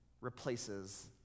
replaces